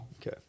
Okay